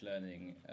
learning